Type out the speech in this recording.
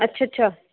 ਅੱਛਾ ਅੱਛਾ